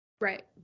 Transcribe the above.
Right